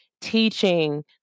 teaching